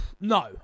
No